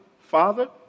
Father